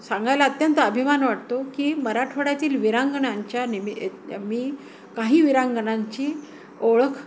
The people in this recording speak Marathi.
सांगायला अत्यंत अभिमान वाटतो की मराठवाड्यातील विरांगणांच्या निम मी काही विरांगणांची ओळख